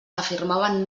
afirmaven